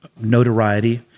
notoriety